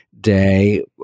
day